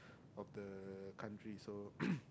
of the country so